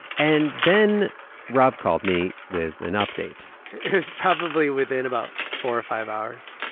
and then rob called me with an update it was probably within about four or five hours